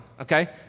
okay